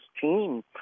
team